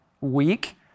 week